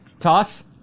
toss